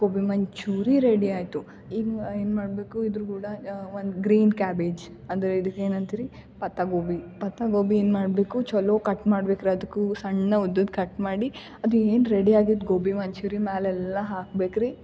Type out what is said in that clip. gobi manchuri ready ಆಯಿತು ಇನ್ನು ಏನು ಮಾಡಬೇಕು ಇದ್ರ ಕೂಡ ಒಂದು ಗ್ರೀನ್ ಕ್ಯಾಬೇಜ್ ಅಂದರೆ ಇದಕ್ಕೆ ಏನಂತಿರಿ ಪತ್ತ ಗೋಬಿ ಪತ್ತ ಗೋಬಿ ಏನು ಮಾಡಬೇಕು ಚೊಲೋ ಕಟ್ ಮಾಡ್ಬೇಕ್ ಅದ್ಕು ಸಣ್ಣ ಉದ್ದದ್ದು ಕಟ್ ಮಾಡಿ ಅದು ಏನು ರೆಡಿ ಆಗಿದ್ದು ಗೋಬಿ ಮಂಚೂರಿ ಮ್ಯಾಲೆಲ್ಲ ಹಾಕ್ಬೇಕು ರೀ